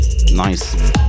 nice